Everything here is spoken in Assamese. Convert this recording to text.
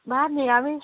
ভাত নিৰামিষ